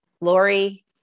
Lori